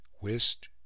whist